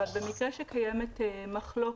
אבל במקרה שקיימת מחלוקת,